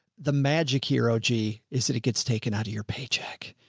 the magic hero g is that it gets taken out of your paycheck.